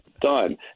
done